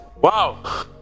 wow